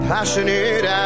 Passionate